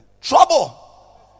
Trouble